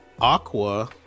Aqua